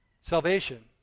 salvation